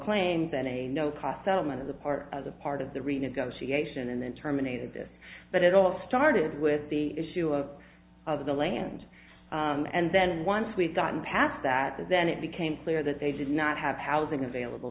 claims and a no cost settlement as a part of a part of the renegotiation and then terminated this but it all started with the issue of of the land and then once we've gotten past that then it became clear that they did not have housing available